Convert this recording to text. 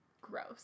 gross